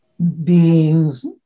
Beings